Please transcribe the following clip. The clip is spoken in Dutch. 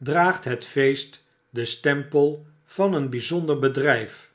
draagt het feest den stempel van een by zonder bedryf